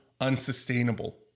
unsustainable